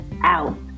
out